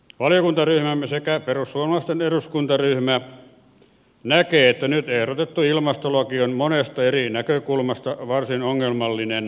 valiokuntaryhmämme sekä perussuomalaisten eduskuntaryhmä näkee että nyt ehdotettu ilmastolaki on monesta eri näkökulmasta varsin ongelmallinen